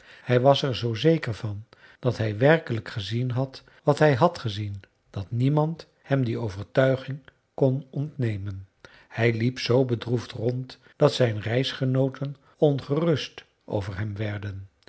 hij was er zoo zeker van dat hij werkelijk gezien had wat hij had gezien dat niemand hem die overtuiging kon ontnemen hij liep z bedroefd rond dat zijn reisgenooten ongerust over hem werden